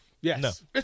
Yes